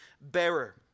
bearer